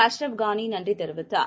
Ashraf கானிநன்றிதெரிவித்தார்